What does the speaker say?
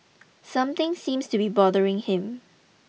something seems to be bothering him